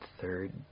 third